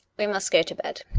we must go to bed,